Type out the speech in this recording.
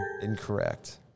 Incorrect